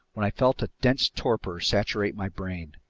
when i felt a dense torpor saturate my brain.